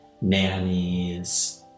nannies